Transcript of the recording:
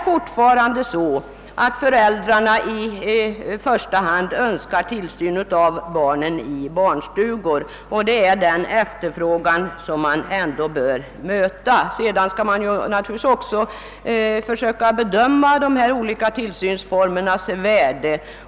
Fortfarande önskar föräldrarna i första hand tillsyn av barnen i barnstugor, och det är denna efterfrågan man bör möta. Naturligtvis skall man också försöka bedöma dessa olika tillsynsformers värde.